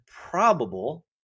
probable